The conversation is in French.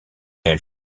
elle